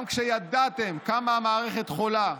גם כשידעתם כמה המערכת חולה,